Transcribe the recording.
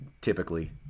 typically